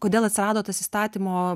kodėl atsirado tas įstatymo